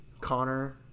Connor